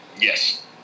Yes